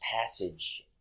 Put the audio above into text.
passage